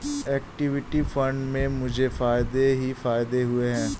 equity fund से मुझे फ़ायदे ही फ़ायदे हुए हैं